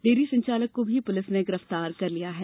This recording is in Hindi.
डेयरी संचालक को भी पुलिस ने गिरफ्तार कर लिया है